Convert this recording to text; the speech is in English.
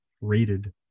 rated